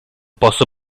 posso